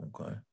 Okay